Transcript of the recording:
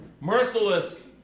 merciless